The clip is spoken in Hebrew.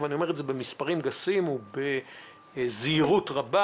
ואני אומר את זה במספרים גסים ובזהירות רבה